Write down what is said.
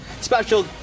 Special